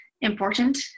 important